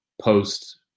post